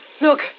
Look